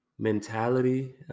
mentality